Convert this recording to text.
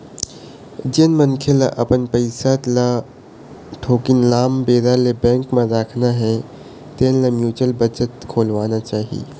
जेन मनखे ल अपन पइसा ल थोकिन लाम बेरा ले बेंक म राखना हे तेन ल म्युचुअल बचत खोलवाना चाही